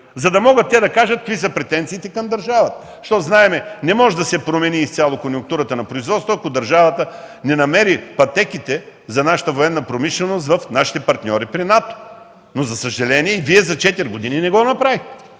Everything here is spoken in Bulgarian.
за да могат те да кажат какви са претенциите към държавата. Защото знаем – не може да се промени изцяло конюнктурата на производството, ако държавата не намери пътеките за нашата военна промишленост в нашите партньори при НАТО, но, за съжаление, Вие за четири години не го направихте.